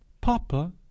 Papa